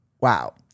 Wow